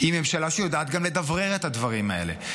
היא ממשלה שיודעת גם לדברר את הדברים האלה.